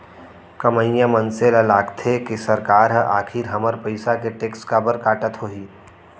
कमइया मनसे ल लागथे के सरकार ह आखिर हमर पइसा के टेक्स काबर काटत होही